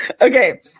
Okay